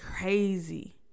crazy